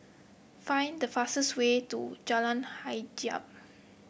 find the fastest way to Jalan Hajijah